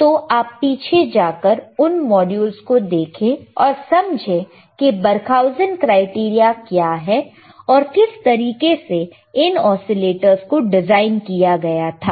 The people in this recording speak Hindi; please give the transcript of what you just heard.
तो आप पीछे जाकर उन माड्यूल्स को देखें और समझे कि बरखाउजन क्राइटेरिया क्या है और किस तरीके से इन ओसीलेटरस को डिजाइन किया गया था